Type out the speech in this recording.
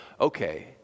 okay